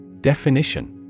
Definition